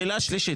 שאלה שלישית.